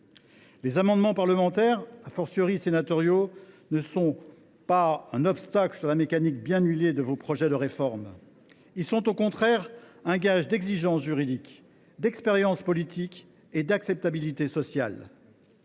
Les amendements parlementaires, sénatoriaux, ne sont pas un obstacle à la mécanique bien huilée de vos projets de réforme. Ils sont au contraire un gage d’exigence juridique, d’expérience politique et d’acceptabilité sociale.